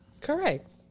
Correct